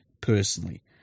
personally